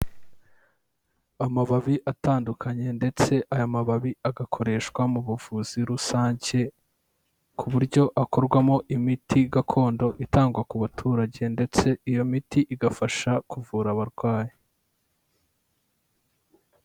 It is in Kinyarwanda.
Amababi atandukanye ndetse aya mababi agakoreshwa mu buvuzi rusange, ku buryo akorwamo imiti gakondo itangwa ku baturage, ndetse iyo miti igafasha kuvura abarwayi.